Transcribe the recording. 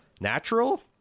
natural